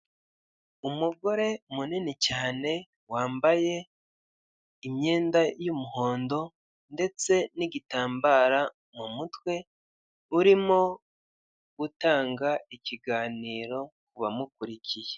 Umugore munini cyane wambaye imyenda y'umuhondo ndetse n'igitambara mu mutwe urimo gutanga ikiganiro wamukurikiye.